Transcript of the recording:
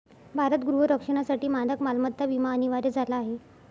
भारत गृह रक्षणासाठी मानक मालमत्ता विमा अनिवार्य झाला आहे